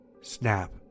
Snap